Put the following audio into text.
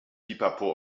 pipapo